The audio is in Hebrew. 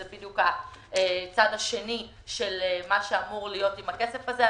זה בדיוק הצד השני של מה שאמור להיות עם הכסף הזה.